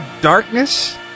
darkness